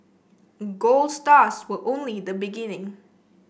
gold stars were only the beginning